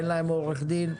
אין להן עורך דין,